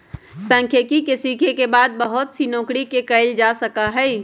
सांख्यिकी के सीखे के बाद बहुत सी नौकरि के कइल जा सका हई